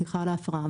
סליחה על ההפרעה,